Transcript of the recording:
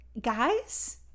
guys